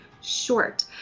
short